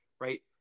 right